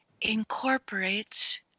incorporates